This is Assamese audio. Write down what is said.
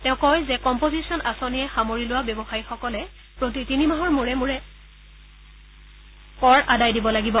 তেওঁ কয় যে কম্পজিচন আঁচনিয়ে সামৰি লোৱা ব্যৱসায়ীসকলে প্ৰতি তিনিমাহৰ মূৰে মূৰে কৰ আদায় দিব লাগিব